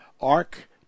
arc